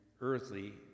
earthly